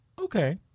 Okay